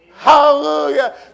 Hallelujah